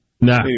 No